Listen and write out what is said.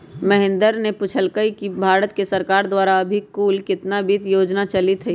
महेंद्र ने पूछल कई कि भारत सरकार द्वारा अभी कुल कितना वित्त योजना चलीत हई?